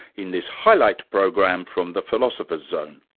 in this highlight program from the philosopher's zone.